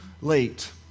late